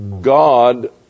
God